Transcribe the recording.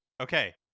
okay